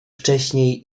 wcześniej